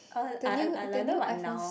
uh I I rather like now